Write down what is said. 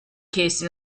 case